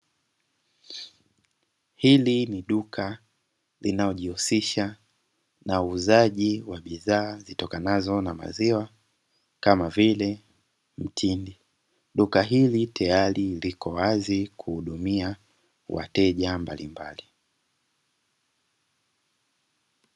Hili ni duka linalojihusisha na uuzaji wa bidhaa zitokanazo na maziwa kama vile mtindi, duka hili tayari liko wazi kuhudumia wateja mbalimbali.